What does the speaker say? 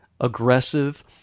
aggressive